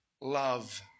love